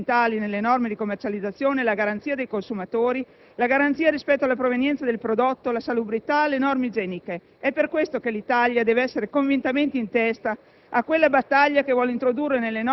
Devono essere considerati parametri fondamentali nelle norme di commercializzazione la garanzia dei consumatori, la garanzia rispetto alla provenienza del prodotto, la salubrità e le norme igieniche. È per questo che l'Italia dev'essere convintamente in testa